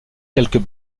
quelques